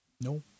No